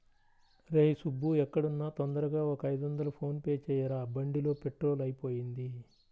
రేయ్ సుబ్బూ ఎక్కడున్నా తొందరగా ఒక ఐదొందలు ఫోన్ పే చెయ్యరా, బండిలో పెట్రోలు అయిపొయింది